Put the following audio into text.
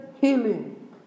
healing